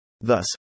Thus